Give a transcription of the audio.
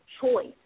choice